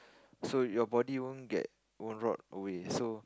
so your body won't get won't rot away so